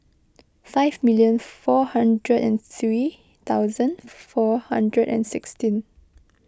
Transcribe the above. five million four hundred and three thousand four hundred and sixteen